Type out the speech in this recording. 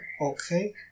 Okay